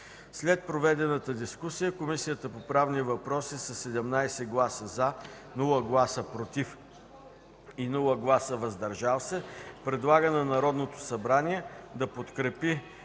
След проведената дискусия, Комисията по правни въпроси със 17 гласа „за”, без „против” и „въздържали се”, предлага на Народното събрание да подкрепи